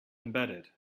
embedded